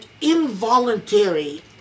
involuntary